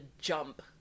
jump